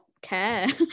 care